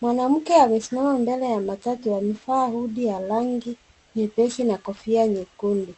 Mwanamke amesimama mbele ya matatu amevaa hudi ya rangi, nyepesi na kofia nyekundu.